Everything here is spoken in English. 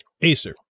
Acer